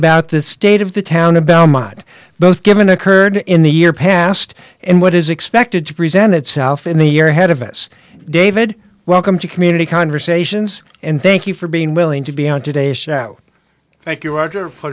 about the state of the town a belmont both given occurred in the year past and what is expected to present itself in the year ahead of us david welcome to community conversations and thank you for being willing to be on today's show thank you roger for